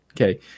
Okay